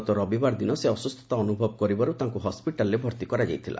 ଗତ ରବିବାର ଦିନ ସେ ଅସୁସ୍ଥତା ଅନୁଭବ କରିବାରୁ ତାଙ୍କୁ ହସିଟାଲ୍ରେ ଭର୍ତ୍ତି କରାଯାଇଥିଲା